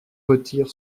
retire